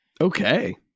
Okay